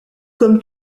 comme